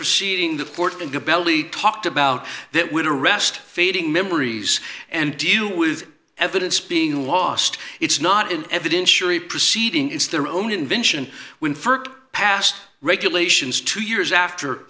proceeding the th in the belly talked about that would arrest fading memories and deal with evidence being lost it's not in evidence surely proceeding it's their own invention when st passed regulations two years after